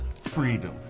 freedom